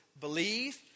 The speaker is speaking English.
believe